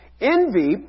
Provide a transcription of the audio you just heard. Envy